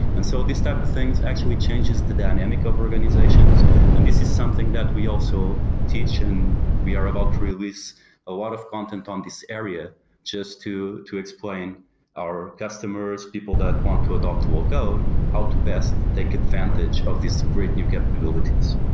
and so types of things actually changes the dynamic of organizations and this is something that we also teach and we are about to release a lot of content on this area just to to explain our customers, people that want to adopt low-code, how to best take advantage of this great new capabilities.